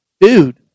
dude